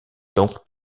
donc